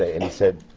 ah and he said,